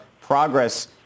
progress